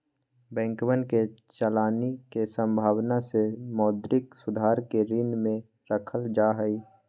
बैंकवन के चलानी के संभावना के मौद्रिक सुधार के श्रेणी में रखल जाहई